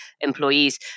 employees